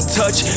touch